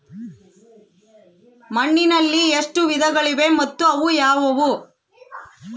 ಮಣ್ಣಿನಲ್ಲಿ ಎಷ್ಟು ವಿಧಗಳಿವೆ ಮತ್ತು ಅವು ಯಾವುವು?